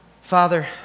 Father